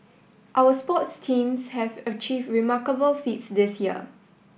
our sports teams have achieved remarkable feats this year